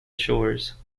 shores